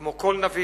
כמו כל נביא,